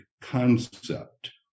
concept